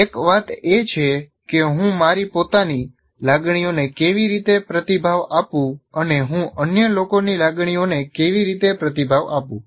એક વાત એ છે કે હું મારી પોતાની લાગણીઓને કેવી રીતે પ્રતિભાવ આપું અને હું અન્ય લોકોની લાગણીઓને કેવી રીતે પ્રતિભાવ આપું